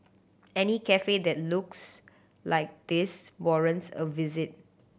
any cafe that looks like this warrants a visit